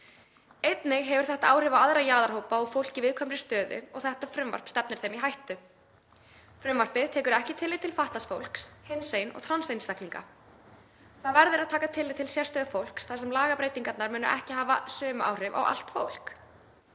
Einnig hefur þetta áhrif á aðra jaðarhópa og fólk í viðkvæmri stöðu, þetta frumvarp stefnir þeim í hættu. Frumvarpið tekur ekki tillit til fatlaðs fólks, hinsegin og trans einstaklinga. Það verður að taka tillit til sérstöðu fólks þar sem lagabreytingarnar munu ekki hafa sömu áhrif á allt fólk.